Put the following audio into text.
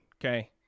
Okay